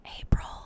April